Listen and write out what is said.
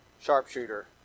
sharpshooter